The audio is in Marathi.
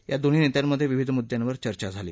या दोन्ही नेत्यांमधे विविध मुद्यांवर चर्चा झाली